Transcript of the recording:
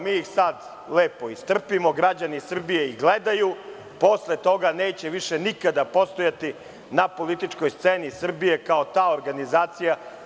Znači, mi ih sad lepo istrpimo, građani Srbije ih gledaju, ali posle toga neće nikada više postojati na političkoj sceni Srbije kao ta organizacija.